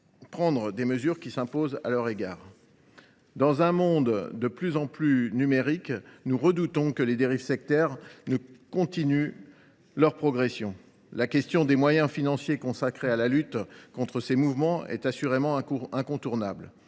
prendre les mesures qui s’imposent à leur égard. Dans un monde de plus en plus numérique, nous redoutons que les dérives sectaires continuent leur progression. La question des moyens financiers consacrés à la lutte contre de tels mouvements est assurément incontournable.